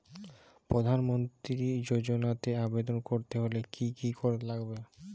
প্রধান মন্ত্রী যোজনাতে আবেদন করতে হলে কি কী লাগবে?